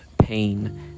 pain